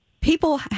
people